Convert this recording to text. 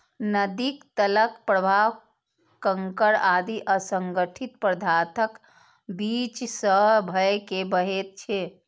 नदीक तलक प्रवाह कंकड़ आदि असंगठित पदार्थक बीच सं भए के बहैत छै